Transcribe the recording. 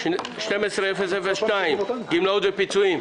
בהודעה 12-002, גמלאות ופיצויים.